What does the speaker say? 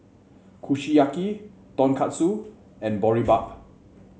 Kushiyaki Tonkatsu and Boribap